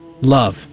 love